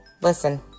listen